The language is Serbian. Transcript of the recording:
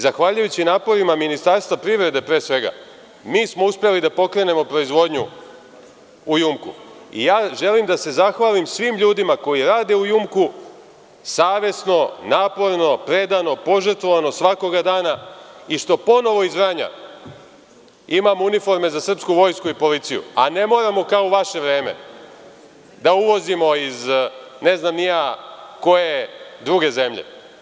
Zahvaljujući naporima Ministarstva privrede pre svega, mi smo uspeli da pokrenemo proizvodnju u „JUMKO“ i želim da se zahvalim svim ljudima koji rade u „JUMKO“ savesno, naporno, predano, požrtvovano svakoga dana, i što ponovo iz Vranja imamo uniforme za srpsku vojsku i policiju, a ne moramo kao u vaše vreme da uvozimo iz ne znam ni ja koje druge zemlje.